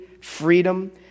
freedom